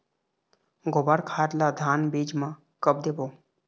गोबर खाद ला धान बीज म कब देबो?